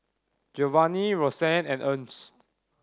Giovanni Rosann and Ernst